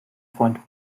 freund